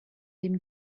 dem